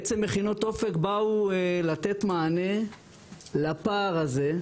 בעם מכינת אופק באו לתת מענה לפער הזה,